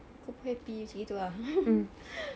aku pun happy macam gitu ah